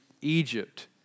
Egypt